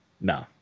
No